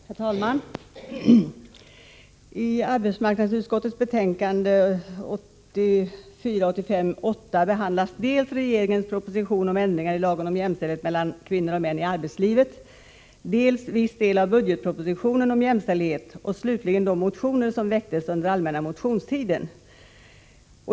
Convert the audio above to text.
Herr talman! I arbetsmarknadsutskottets betänkande 1984/85:8 behandlas dels regeringens proposition om ändringar i lagen om jämställdhet mellan kvinnor och män i arbetslivet, dels viss del av budgetpropositionen om jämställdhet och slutligen de motioner som väcktes under allmänna motionstiden.